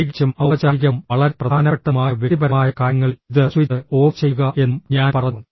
പ്രത്യേകിച്ചും ഔപചാരികവും വളരെ പ്രധാനപ്പെട്ടതുമായ വ്യക്തിപരമായ കാര്യങ്ങളിൽ ഇത് സ്വിച്ച് ഓഫ് ചെയ്യുക എന്നും ഞാൻ പറഞ്ഞു